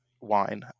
wine